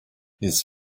his